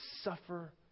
suffer